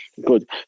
good